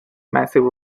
massive